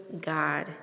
God